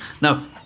No